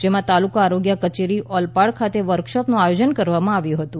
જેમાં તાલુકા આરોગ્ય કચેરી ઓલપાડ ખાતે વર્કશોપનું આયોજન કરવામાં આવ્યું હતું